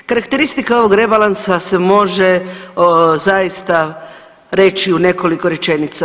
Karakteristika ovog rebalansa se može zaista reći u nekoliko rečenica.